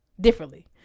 differently